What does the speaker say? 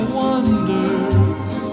wonders